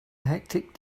hectic